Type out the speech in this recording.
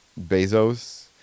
Bezos